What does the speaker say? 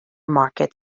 market